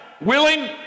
willing